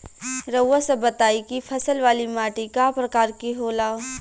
रउआ सब बताई कि फसल वाली माटी क प्रकार के होला?